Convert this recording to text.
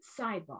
Sidebar